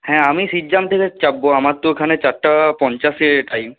হ্যাঁ আমি সিরজাম থেকে চাপব আমার তো এখানে চারটা পঞ্চাশে টাইম